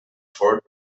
fort